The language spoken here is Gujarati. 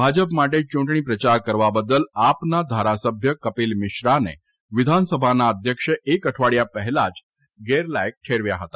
ભાજપ માટે ચૂંટણી પ્રયાર કરવા બદલ આપના ધારાસભ્ય કપીલ મિશ્રાને વિધાનસભાના અધ્યક્ષે એક અઠવાડીયા પહેલા જ ગેરલાયક ઠેરવ્યા છે